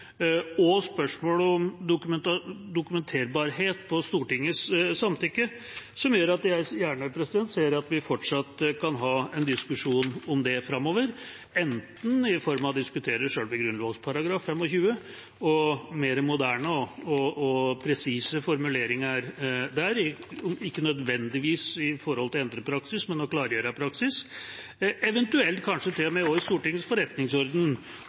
gjerne at vi kan ha en diskusjon om det framover, enten i form av å diskutere selve § 25 i Grunnloven og mer moderne og presise formuleringer der – ikke nødvendigvis for å endre praksis, men for å klargjøre praksis – eller eventuelt også i Stortingets forretningsorden,